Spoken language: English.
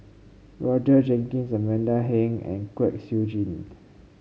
Roger Jenkins Amanda Heng and Kwek Siew Jin